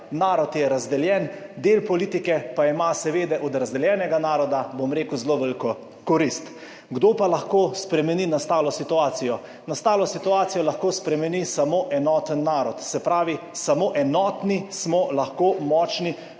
narod je razdeljen, del politike pa ima seveda od razdeljenega naroda, bom rekel, zelo veliko korist. Kdo pa lahko spremeni nastalo situacijo? Nastalo situacijo lahko spremeni samo enoten narod. Se pravi, samo enotni smo lahko močni